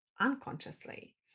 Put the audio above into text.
unconsciously